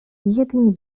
jedni